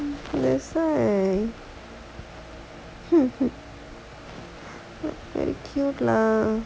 that's why very cute lah